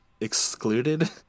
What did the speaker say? excluded